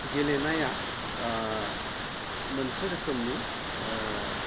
गेलेनाया मोनसे रोखोमनि